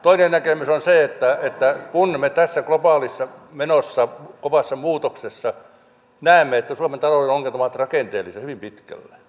toinen näkemys on se että me tässä globaalissa menossa kovassa muutoksessa näemme että suomen talouden ongelmat ovat rakenteellisia hyvin pitkälle